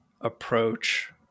approach